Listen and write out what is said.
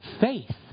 faith